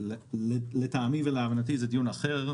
לטעמי ולהבנתי זה דיון אחר,